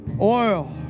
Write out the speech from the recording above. oil